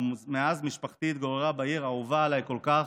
ומאז משפחתי התגוררה בעיר האהובה עליי כל כך,